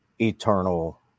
eternal